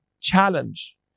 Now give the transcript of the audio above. challenge